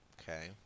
Okay